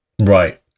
Right